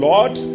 Lord